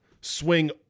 swing